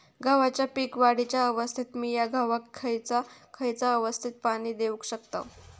गव्हाच्या पीक वाढीच्या अवस्थेत मिया गव्हाक खैयचा खैयचा अवस्थेत पाणी देउक शकताव?